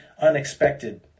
unexpected